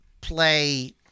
play